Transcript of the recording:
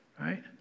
right